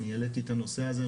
אני העליתי את הנושא הזה,